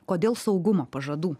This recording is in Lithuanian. kodėl saugumo pažadų